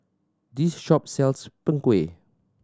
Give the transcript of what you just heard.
this shop sells Png Kueh